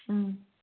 ꯎꯝ